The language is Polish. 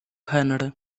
henry